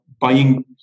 buying